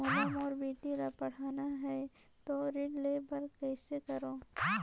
मोला मोर बेटी ला पढ़ाना है तो ऋण ले बर कइसे करो